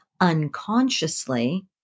unconsciously